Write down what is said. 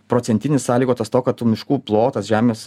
procentinis sąlygotas to kad tų miškų plotas žemės